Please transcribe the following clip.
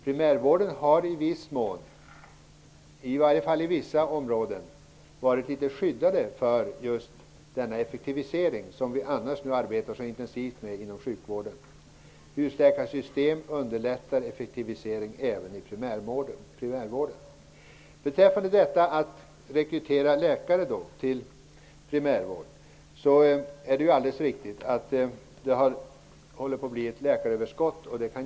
Primärvården har, i viss mån, inom vissa områden varit litet skyddad från denna effektivisering som man annars arbetar så intensivt med inom sjukvården. Husläkarsystemet underlättar effektivisering även i primärvården. Beträffande frågan om att rekrytera läkare till primärvården. Det är alldeles riktigt att det håller på att bli ett läkaröverskott.